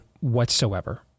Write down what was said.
whatsoever